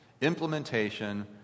Implementation